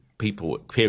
People